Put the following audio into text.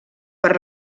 per